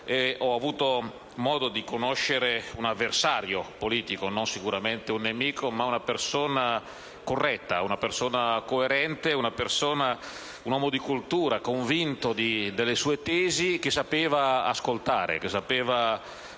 Ho avuto modo di conoscere così un avversario politico, sicuramente non un nemico; una persona corretta e coerente, un uomo di cultura, convinto delle sue tesi, che sapeva ascoltare e